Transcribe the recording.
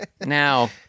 now